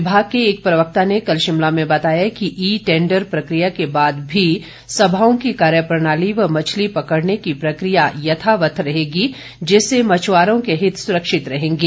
विभाग के एक प्रवक्ता ने कल शिमला में बताया कि ई टेंडर प्रक्रिया के बाद भी सभाओं की कार्यप्रणाली व मछली पकड़ने की प्रक्रिया यथावत रहेगी जिससे मछुआरों के हित सुरक्षित रहेंगे